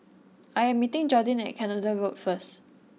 I am meeting Jordin at Canada Road first